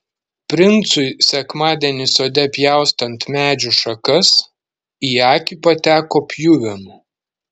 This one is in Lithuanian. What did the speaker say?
princui sekmadienį sode pjaustant medžių šakas į akį pateko pjuvenų